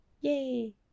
Yay